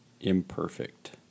imperfect